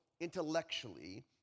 intellectually